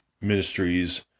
Ministries